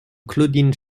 claudine